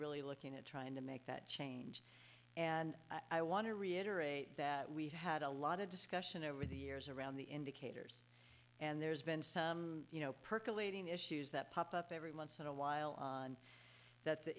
really looking at trying to make that change and i want to reiterate that we've had a lot of discussion over the years around the indicators and there's been some you know percolating issues that pop up every once in a while and that the